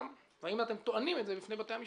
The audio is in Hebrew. והאם אתם טוענים את זה בפני בתי המשפט?